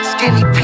Skinny